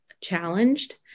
challenged